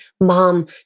mom